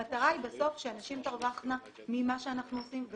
המטרה היא בסוף שהנשים תרווחנה ממה שאנחנו עושים,